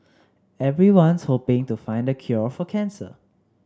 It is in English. everyone's hoping to find the cure for cancer